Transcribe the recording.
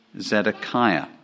Zedekiah